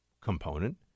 component